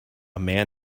man